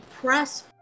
press